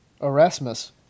Erasmus